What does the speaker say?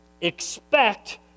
expect